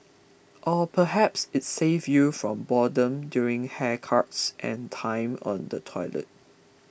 or perhaps it saved you from boredom during haircuts and time on the toilet